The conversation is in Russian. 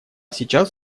сейчас